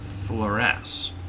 fluoresce